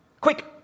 Quick